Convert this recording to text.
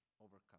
overcome